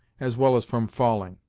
as well as from falling.